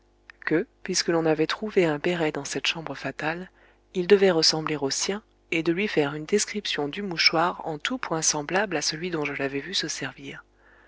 que puisque l'on avait trouvé un béret dans cette chambre fatale il devait ressembler au sien et de lui faire une description du mouchoir en tous points semblable à celui dont je l'avais vu se servir